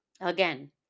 again